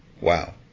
wow